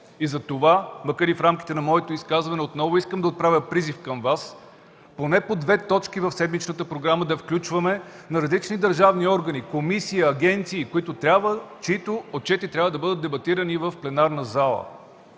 Затова, макар и в рамките на моето изказване, отново искам да отправя призив към Вас да включваме поне по две точки в седмичната програма на различни държавни органи – комисии, агенции, чиито отчети трябва да бъдат дебатирани в пленарната зала.